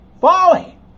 folly